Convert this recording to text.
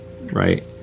right